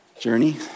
Journey